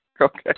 Okay